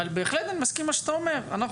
אני בהחלט מסכים עם מה שאתה אומר; אנחנו